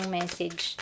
message